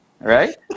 Right